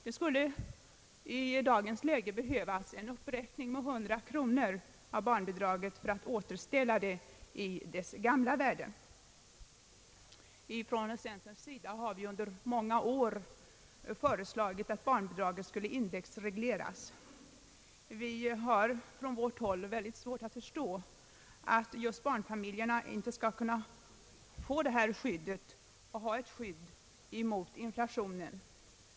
Det skulle i dagens läge behövas en uppräkning med 100 kronor av barnbidraget för att återställa det till dess gamla värde. Vi inom centern har under många år föreslagit att barnbidragen skulle indexregleras. Vi har mycket svårt att förstå att just barnfamiljerna inte skall kunna få detta skydd mot inflation.